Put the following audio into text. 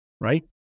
right